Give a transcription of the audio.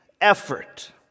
effort